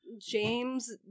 James